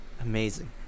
Amazing